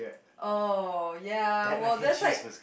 oh ya well that's like